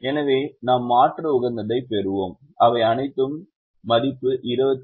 எனவே நாம் மாற்று உகந்ததைப் பெறுவோம் அவை அனைத்துமே மதிப்பு 27 ஆக இருக்கும்